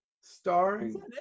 Starring